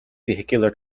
vehicular